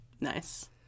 Nice